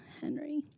Henry